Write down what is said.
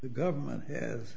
the government has